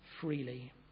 freely